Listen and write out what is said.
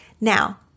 Now